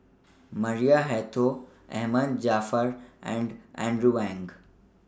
Maria Hertogh Ahmad Jaafar and Andrew Ang